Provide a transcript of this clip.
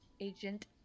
Agent